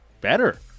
better